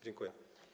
Dziękuję.